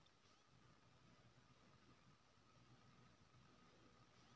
मगर यानी सोंइस केँ मासु आ चाम लेल मारल जाइ छै